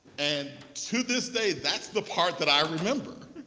and to this day, that's the part that i remember.